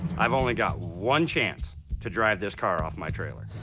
i've only got one chance to drive this car off my trailer.